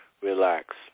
Relax